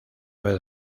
vez